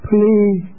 Please